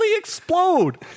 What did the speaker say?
explode